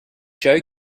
joe